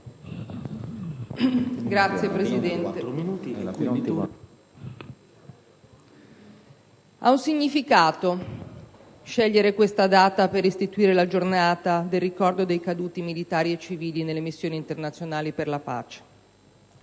Signor Presidente, ha un significato scegliere questa data per istituire la Giornata del ricordo dei Caduti militari e civili nelle missioni internazionali per la pace.